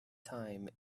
time